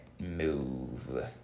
move